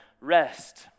rest